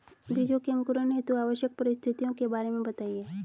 बीजों के अंकुरण हेतु आवश्यक परिस्थितियों के बारे में बताइए